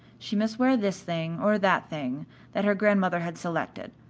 she must wear this thing or that thing that her grandmother had selected,